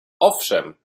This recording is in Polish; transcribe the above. owszem